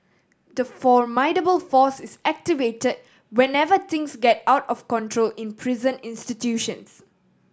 the formidable force is activated whenever things get out of control in prison institutions